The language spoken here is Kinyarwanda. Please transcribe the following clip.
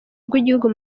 rw’igihugu